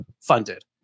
funded